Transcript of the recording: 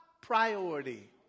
Priority